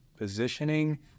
positioning